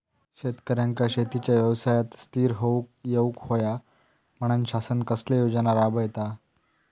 शेतकऱ्यांका शेतीच्या व्यवसायात स्थिर होवुक येऊक होया म्हणान शासन कसले योजना राबयता?